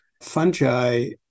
Fungi